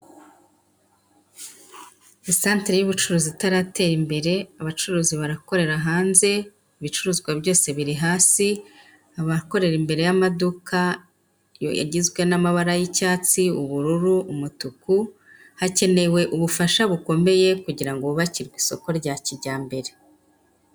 Isantere y'ubucuruzi itaratera imbere, abacuruzi barakorera hanze, ibicuruzwa byose biri hasi, abakorera imbere y'amaduka agizwe n'amabara y'icyatsi, ubururu, umutuku, hakenewe ubufasha bukomeye kugira ngo bubakirwe isoko rya kijyambere.